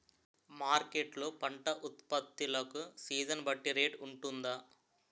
Market లొ పంట ఉత్పత్తి లకు సీజన్ బట్టి రేట్ వుంటుందా?